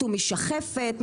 מתו משחפת,